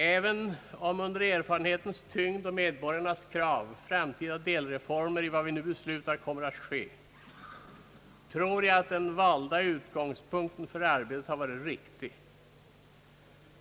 Även om framtida delreformer i vad vi nu beslutar kommer att ske — på grund av erfarenhetens tyngd eller medborgarnas krav — tror jag att den valda utgångspunkten för arbetet har varit riktig.